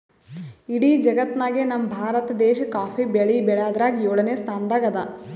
ಇಡೀ ಜಗತ್ತ್ನಾಗೆ ನಮ್ ಭಾರತ ದೇಶ್ ಕಾಫಿ ಬೆಳಿ ಬೆಳ್ಯಾದ್ರಾಗ್ ಯೋಳನೆ ಸ್ತಾನದಾಗ್ ಅದಾ